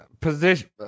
position